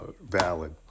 Valid